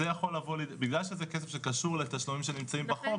בגלל שזה כסף שקשור לתשלומים שנמצאים בחוק,